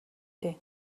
дээ